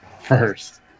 First